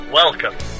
welcome